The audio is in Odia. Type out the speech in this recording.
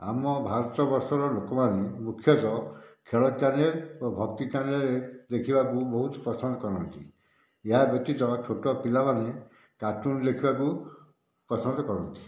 ଆମ ଭାରତବର୍ଷର ଲୋକମାନେ ମୁଖ୍ୟତଃ ଖେଳ ଚ୍ୟାନେଲ୍ ଓ ଭକ୍ତି ଚ୍ୟାନେଲ୍ ଦେଖିବାକୁ ବହୁତ ପସନ୍ଦ କରନ୍ତି ଏହା ବ୍ୟତୀତ ଛୋଟ ପିଲାମାନେ କାର୍ଟୁନ୍ ଦେଖିବାକୁ ପସନ୍ଦ କରନ୍ତି